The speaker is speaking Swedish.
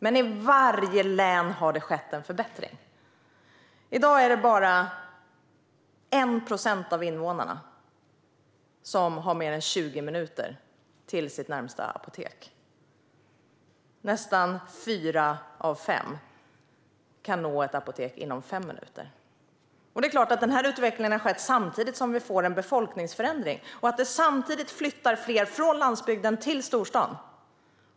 Men i varje län har det skett en förbättring. I dag är det bara 1 procent av invånarna som har mer än 20 minuter till närmaste apotek. Nästan fyra av fem kan nå ett apotek inom fem minuter. Denna utveckling har skett samtidigt som vi har fått en befolkningsförändring och samtidigt som fler flyttar från landsbygden till storstaden.